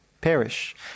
perish